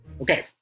Okay